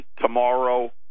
tomorrow